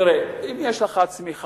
תראה, אם יש לך צמיחה,